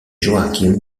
joaquim